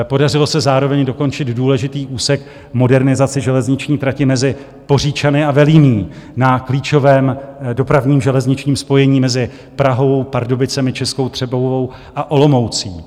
Podařilo se zároveň dokončit důležitý úsek modernizace železniční trati mezi Poříčany a Velimí na klíčovém dopravním železničním spojení mezi Prahou, Pardubicemi, Českou Třebovou a Olomoucí.